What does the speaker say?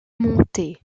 montait